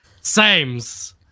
Sames